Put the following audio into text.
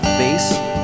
bass